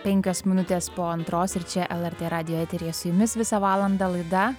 penkios minutės po antros ir čia lrt radijo eteryje su jumis visą valandą laida